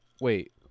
Wait